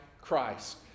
Christ